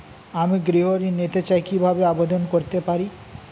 আমি গৃহ ঋণ নিতে চাই কিভাবে আবেদন করতে পারি?